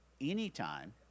anytime